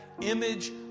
image